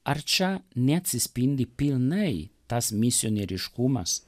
ar čia neatsispindi pilnai tas misionieriškumas